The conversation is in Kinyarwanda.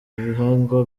bihingwa